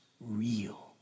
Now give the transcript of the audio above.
real